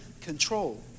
control